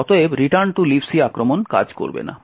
অতএব return to Libc আক্রমণ কাজ করবে না